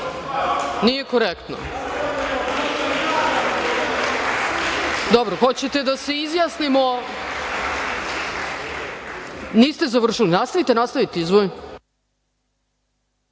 Nije korektno. Dobro. Hoćete li da se izjasnimo? Niste završili? Nastavite, nastavite.